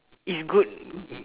it's good